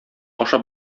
ашап